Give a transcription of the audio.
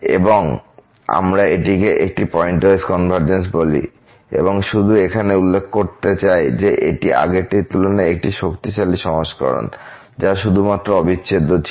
এবং আমরা এটিকে একটি পয়েন্টওয়াইজ কনভারজেন্স বলি এবং শুধু এখানে উল্লেখ করতে চাই যে এটি আগেরটির তুলনায় একটি শক্তিশালী সংস্করণ যা শুধুমাত্র অবিচ্ছেদ্য ছিল